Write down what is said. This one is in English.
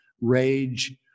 rage